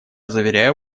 заверяю